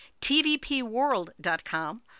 Tvpworld.com